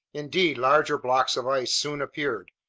indeed, larger blocks of ice soon appeared,